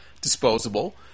disposable